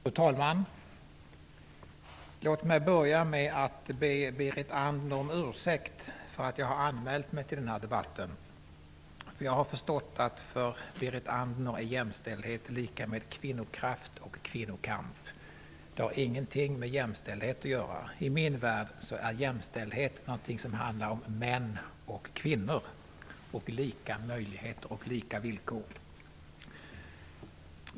Fru talman! Låt mig börja med att be Berit Andnor om ursäkt för att jag har anmält mig till den här debatten. Jag har förstått att för Berit Andnor är jämställdhet lika med kvinnokraft och kvinnokamp. Det har ingenting med jämställdhet att göra. I min värld handlar jämställdhet om mäns och kvinnors lika möjligheter och lika villkor.